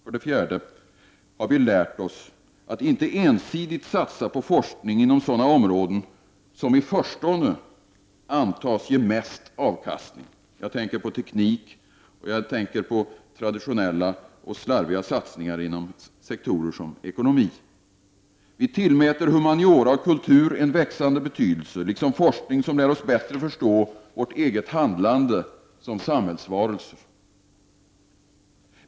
För det fjärde har vi lärt oss att inte ensidigt satsa på forskning inom sådana områden som i förstone antas ge mest avkastning. Jag tänker på teknik och på traditionella och slarviga satsningar på sektorer som ekonomi. Vi tillmäter humaniora och kultur en växande betydelse, liksom forskning som lär oss bättre förstå vårt eget handlande som samhällsvarelser.